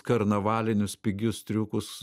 karnavalinius pigius triukus